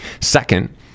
Second